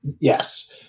Yes